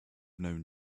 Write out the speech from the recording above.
known